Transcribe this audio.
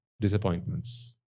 disappointments